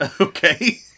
Okay